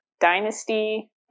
Dynasty